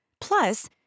Plus